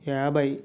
యాభై